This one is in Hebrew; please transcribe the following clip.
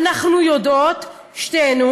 אנחנו יודעים שתינו,